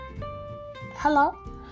Hello